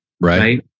right